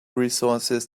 resources